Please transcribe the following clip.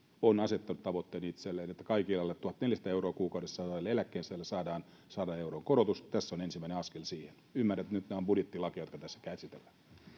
on asettanut itselleen että kaikille alle tuhatneljäsataa euroa kuukaudessa saaville eläkkeensaajille saadaan sadan euron korotus tässä on ensimmäinen askel siihen ymmärrän nyt että nämä ovat budjettilakeja jotka tässä käsitellään